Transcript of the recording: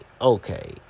okay